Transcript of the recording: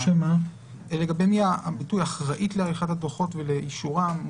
אחראית לעריכת הדוחות ולאישורם,